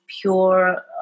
pure